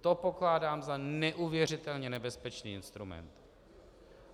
To pokládám za neuvěřitelně nebezpečný instrument,